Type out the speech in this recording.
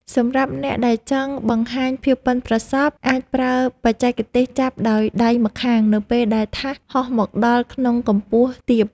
សម្រាប់អ្នកដែលចង់បង្ហាញភាពប៉ិនប្រសប់អាចប្រើបច្ចេកទេសចាប់ដោយដៃម្ខាងនៅពេលដែលថាសហោះមកដល់ក្នុងកម្ពស់ទាប។